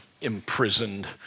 imprisoned